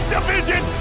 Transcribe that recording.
Division